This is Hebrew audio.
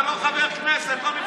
אתה לא חבר כנסת, לא נבחרת.